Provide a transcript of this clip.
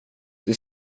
det